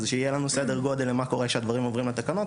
אז שיהיה לנו סדר גודל למה קורה כשהדברים עוברים לתקנות,